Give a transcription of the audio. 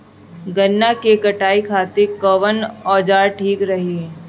गन्ना के कटाई खातिर कवन औजार ठीक रही?